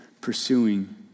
pursuing